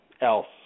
else